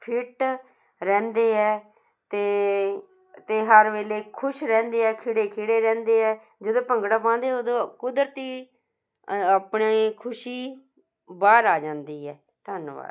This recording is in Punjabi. ਫਿਟ ਰਹਿੰਦੇ ਹੈ ਅਤੇ ਤੇ ਹਰ ਵੇਲੇ ਖੁਸ਼ ਰਹਿੰਦੇ ਆ ਖਿੜੇ ਖਿੜੇ ਰਹਿੰਦੇ ਆ ਜਦੋਂ ਭੰਗੜਾ ਪਾਉਂਦੇ ਉਦੋਂ ਕੁਦਰਤੀ ਆਪਣੇ ਖੁਸ਼ੀ ਬਾਹਰ ਆ ਜਾਂਦੀ ਹੈ ਧੰਨਵਾਦ